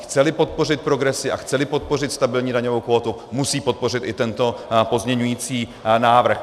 Chceli podpořit progresi a chceli podpořit stabilní daňovou kvótu, musí podpořit i tento pozměňující návrh.